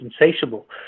insatiable